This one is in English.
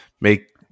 make